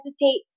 hesitate